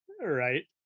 Right